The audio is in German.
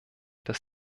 dass